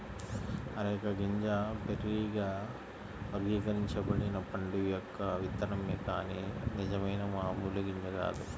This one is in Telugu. అరెక గింజ బెర్రీగా వర్గీకరించబడిన పండు యొక్క విత్తనమే కాని నిజమైన మామూలు గింజ కాదు